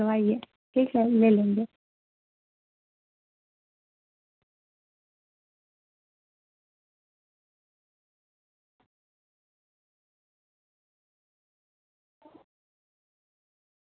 سر ہمارے پاس اس سے بہتر ابھی آئی فون سکسٹین یعنی فورٹین سے بہتر ہے یہ آئی فون سکسٹین ہمارے پاس ہے جو اس وقت جو ہمارے پاس اویلیبل ہے اور لوگوں میں زیادہ جو اس وقت بک رہا ہے وہ آئی فون سکسٹین ہی ہے